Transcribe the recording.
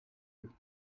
you